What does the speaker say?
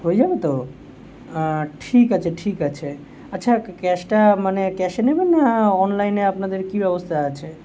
হয়ে যাবে তো ঠিক আছে ঠিক আছে আচ্ছা ক্যাশটা মানে ক্যাশে নেবেন না অনলাইনে আপনাদের কি ব্যবস্তা আছে